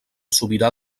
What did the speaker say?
sobirà